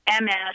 MS